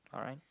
alright